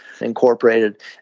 incorporated